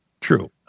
True